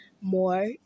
more